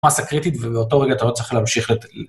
מסה קריטית, ובאותו רגע אתה עוד צריך להמשיך...